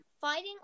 Fighting